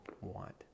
want